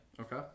Okay